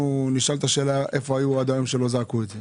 נשאל איפה היו עד היום שלא זעקו את זה.